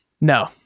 No